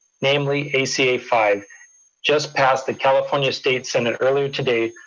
namely, a c a five just passed the california state center earlier today,